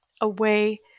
away